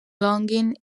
longing